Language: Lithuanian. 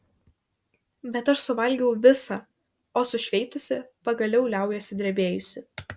bet aš suvalgau visą o sušveitusi pagaliau liaujuosi drebėjusi